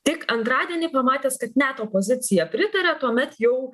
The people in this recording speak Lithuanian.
tik antradienį pamatęs kad net opozicija pritaria tuomet jau